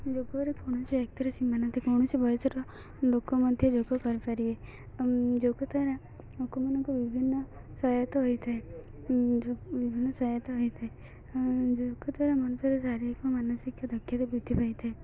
ଯୋଗରେ କୌଣସି ସୀମା ନଥାଏ କୌଣସି ବୟସର ଲୋକ ମଧ୍ୟ ଯୋଗ କରିପାରିବେ ଯୋଗ ଦ୍ୱାରା ଲୋକମାନଙ୍କୁ ବିଭିନ୍ନ ସହାୟତା ହୋଇଥାଏ ବିଭିନ୍ନ ସହାୟତା ହୋଇଥାଏ ଯୋଗ ଦ୍ୱାରା ମନୁଷ୍ୟର ଶାରୀରିକ ଓ ମାନସିକ ଦକ୍ଷତି ବୃଦ୍ଧି ପାଇଥାଏ